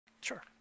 Sure